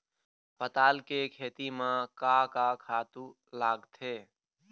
पताल के खेती म का का खातू लागथे?